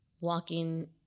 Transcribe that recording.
walking